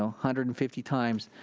ah hundred and fifty times.